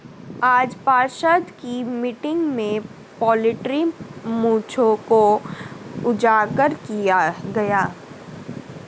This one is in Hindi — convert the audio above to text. आज पार्षद की मीटिंग में पोल्ट्री मुद्दों को उजागर किया गया